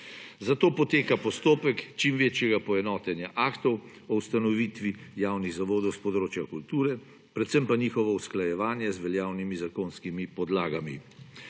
zato poteka postopek čim večjega poenotenja aktov o ustanovitvi javnih zavodov s področja kulture, predvsem pa njihovo usklajevanje z veljavnimi zakonskimi podlagami.